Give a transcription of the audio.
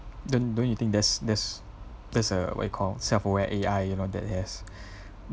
don't don't you think that's that's that's a what you call self-aware A_I you know that has